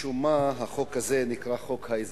משום מה החוק הזה נקרא חוק האזרחות.